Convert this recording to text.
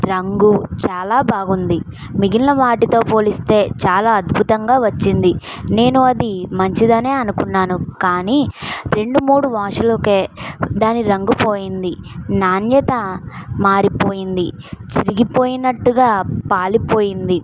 రంగు చాలా బాగుంది మిగిలిన వాటితో పోలిస్తే చాలా అద్భుతంగా వచ్చింది నేను అది మంచిదని అనుకున్నాను కానీ రెండు మూడు వాష్లకు దాని రంగు పోయింది నాణ్యత మారిపోయింది చినిగిపోయినట్టుగా పాలిపోయింది